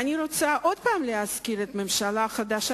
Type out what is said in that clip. אני רוצה עוד פעם להזכיר את הממשלה החדשה,